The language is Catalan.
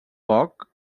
poc